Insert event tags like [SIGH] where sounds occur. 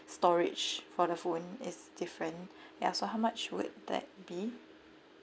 storage for the phone is different [BREATH] ya so how much would that be